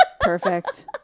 perfect